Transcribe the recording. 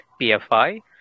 pfi